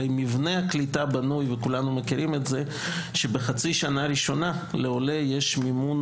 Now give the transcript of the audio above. הרי מבנה הקליטה בנוי שבחצי שנה ראשונה לעולה יש מימון